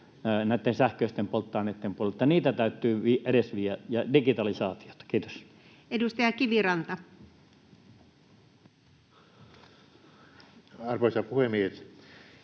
näitten sähköisten polttoaineitten puolella. Niitä täytyy edes viedä ja digitalisaatiota. — Kiitos. Edustaja Kiviranta. Arvoisa puhemies!